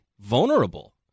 vulnerable